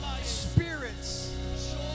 spirits